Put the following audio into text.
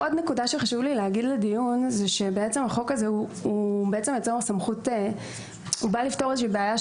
עוד נקודה שחשוב לי לומר היא שהחוק הזה בא לפתור איזושהי בעיה.